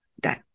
done